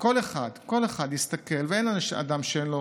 כל אחד, כל אחד, להסתכל, ואין אדם שאין לו